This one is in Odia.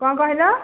କ'ଣ କହିଲ